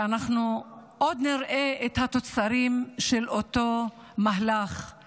ואנחנו עוד נראה את התוצרים של אותו מהלך,